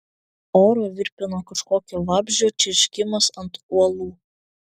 orą virpino kažkokio vabzdžio čirškimas ant uolų